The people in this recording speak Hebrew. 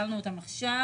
קיבלנו אותן עכשיו.